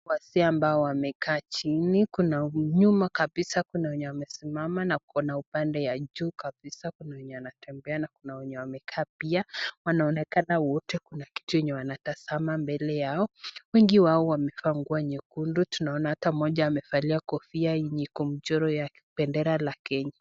Wazee ambao wamekaa chini, kuna nyuma kabisa kuna mwenye amesimama na kuna upande ya juu kabisa kuna wenye wanatembea na kuna wenye wamekaa pia, wanaonekana wote kuna kitu yenye wanatazama mbele yao, wengi wao wamevaa nguo nyekundu, tunaona ata mmoja amevalia kofia yenye iko na mchoro ya bendera la Kenya.